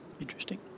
interesting